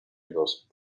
досвід